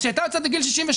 אז כשהיא הייתה יוצאת בגיל 67,